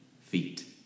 feet